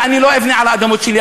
אני לא אבנה על האדמות שלי.